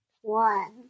One